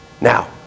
Now